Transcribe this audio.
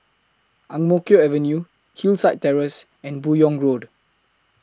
Ang Mo Kio Avenue Hillside Terrace and Buyong Road